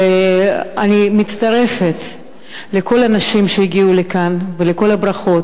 ואני מצטרפת לכל הנשים שהגיעו לכאן ולכל הברכות.